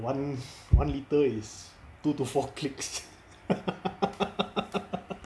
one one litre is two to four clicks